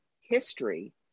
history